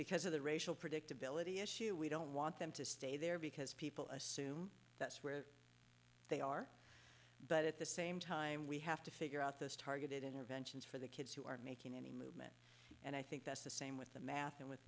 because of the racial predictability issue we don't want them to stay there because people assume that's where they are but at the same time we have to figure out those targeted interventions for the kids who aren't making it and i think that's the same with the math and with